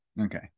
Okay